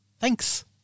Thanks